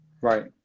Right